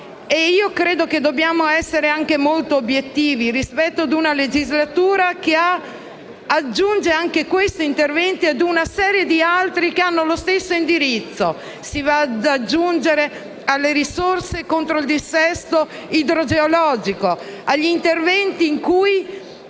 credo che dobbiamo essere molto obiettivi rispetto a una legislatura che aggiunge anche questi interventi ad una serie di altre misure che hanno lo stesso indirizzo. Ricordo, ad esempio, le risorse contro il dissesto idrogeologico e gli interventi in cui